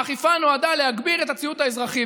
האכיפה נועדה להגביר את הציות האזרחי,